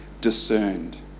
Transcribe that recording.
discerned